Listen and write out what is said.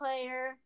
player